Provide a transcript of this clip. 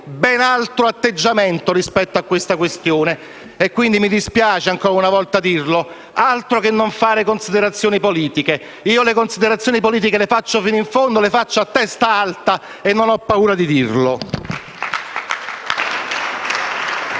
ben altro atteggiamento rispetto alla questione e quindi mi dispiace ancora una volta dirlo: altro che non fare considerazioni politiche! Io le considerazioni politiche le faccio fino in fondo, le faccio a testa alta e non ho paura di dirlo.